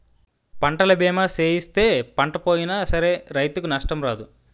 పంటల బీమా సేయిస్తే పంట పోయినా సరే రైతుకు నష్టం రాదు